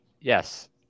yes